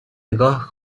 نگاه